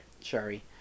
Sherry